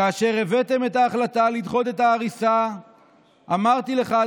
"כאשר הבאתם את ההחלטה לדחות את ההריסה אמרתי לך,